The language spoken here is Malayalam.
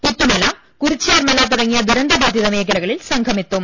പുത്തുമല കുറിച്യാർമ ല തുടങ്ങിയ ദുരന്തബാധിത മേഖലകളിൽ സംഘം എത്തും